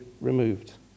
removed